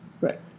Right